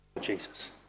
Jesus